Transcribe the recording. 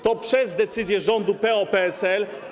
To przez decyzję rządu PO-PSL.